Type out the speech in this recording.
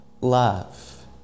love